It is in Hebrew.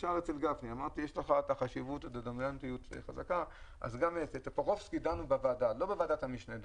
תודה רבה, סגן השרה.